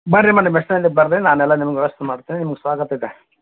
ಬರ್ರಿ ಮೇಡಮ್ ಎಷ್ಟು ಜನ ಇದ್ರು ಬರ್ರಿ ನಾನೆಲ್ಲ ನಿಮ್ಗೆ ವ್ಯವಸ್ಥೆ ಮಾಡ್ತೇನೆ ನಿಮ್ಗೆ ಸ್ವಾಗತ ಇದೆ